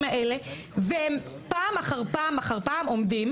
האלה והם פעם אחר פעם אחר פעם עומדים.